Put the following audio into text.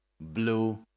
blue